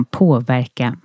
påverka